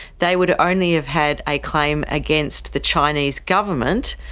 they would only have had a claim against the chinese government,